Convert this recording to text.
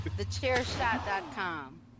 TheChairShot.com